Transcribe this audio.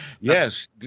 Yes